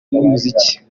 n’umuziki